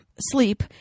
sleep